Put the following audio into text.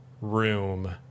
room